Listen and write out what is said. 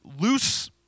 loose